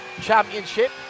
championship